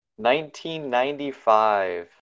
1995